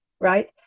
right